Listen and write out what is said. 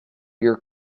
your